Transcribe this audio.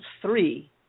three